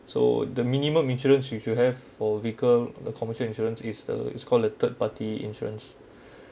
so the minimum insurance you should have for vehicle the commercial insurance is the it's called the third party insurance